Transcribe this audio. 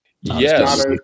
Yes